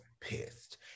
pissed